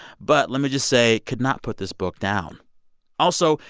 but let me just say, could not put this book down also,